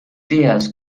tías